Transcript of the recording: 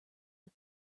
but